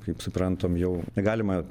kaip suprantam jau negalima